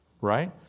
Right